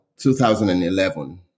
2011